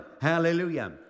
Hallelujah